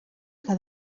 que